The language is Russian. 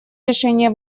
решения